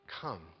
come